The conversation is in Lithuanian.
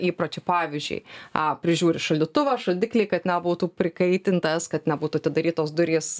įpročių pavyzdžiui a prižiūri šaldytuvą šaldiklį kad nebūtų prikaitintas kad nebūtų atidarytos durys